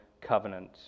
covenant